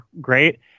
great